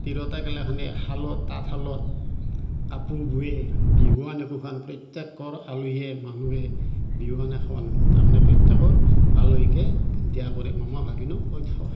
তিৰোতাগিলাখনে শালত তাঁতশালত কাপোৰ বোৱে বিহুৱান একোখন প্ৰত্যেকৰ আলহীয়ে মানুহে বিহুৱান এখন তাৰমানে প্ৰত্যেকৰ আলহীকে দিয়া পৰে মামা ভাগিনক